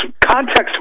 context